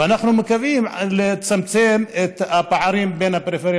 ואנחנו מקווים לצמצם את הפערים בין הפריפריה